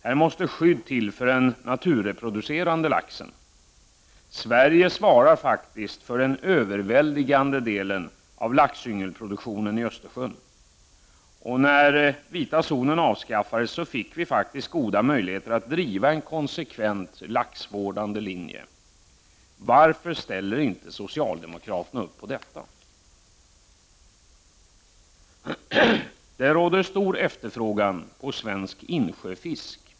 Ett skydd måste till för den naturreproducerande laxen. Sverige svarar faktiskt för den största delen av laxyngelproduktionen i Östersjön. När den vita zonen avskaffades fick vi goda möjligheter att driva en konsekvent laxvårdande linje. Varför ställer inte socialdemokraterna upp på detta? Det råder stor efterfrågan på svensk insjöfisk.